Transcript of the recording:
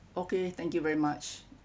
okay thank you very much